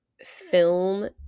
film